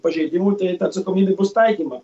pažeidimų tai ta atsakomybė bus taikyma